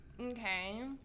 Okay